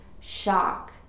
shock